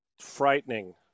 Frightening